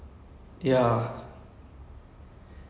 they they're doing like this their last season